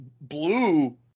blue